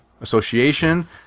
association